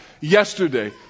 yesterday